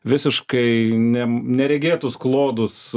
visiškai ne neregėtus klodus